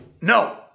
No